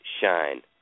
shine